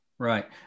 Right